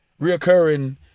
reoccurring